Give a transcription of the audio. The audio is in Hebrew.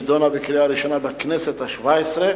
נתקבלה בקריאה ראשונה בכנסת השבע-עשרה,